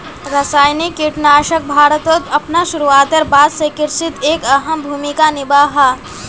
रासायनिक कीटनाशक भारतोत अपना शुरुआतेर बाद से कृषित एक अहम भूमिका निभा हा